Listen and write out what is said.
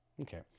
Okay